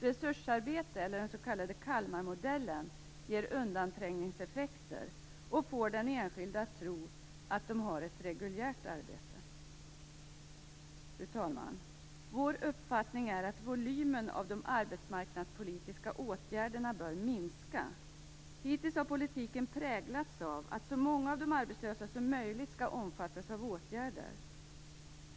Resursarbete eller den s.k. Kalmarmodellen ger undanträngningseffekter och får den enskilde att tro att han eller hon har ett reguljärt arbete. Fru talman! Vår uppfattning är att volymen av de arbetsmarknadspolitiska åtgärderna bör minska. Hittills har politiken präglats av att så många av de arbetslösa som möjligt skall omfattas av åtgärder.